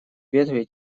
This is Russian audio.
ветви